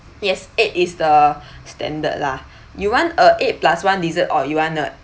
yes eight is the standard lah you want a eight plus one dessert or you want uh